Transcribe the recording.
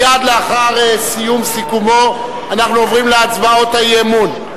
מייד לאחר סיום סיכומו אנחנו עוברים להצבעות האי-אמון.